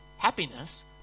Happiness